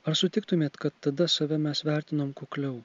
ar sutiktumėt kad tada save mes vertinom kukliau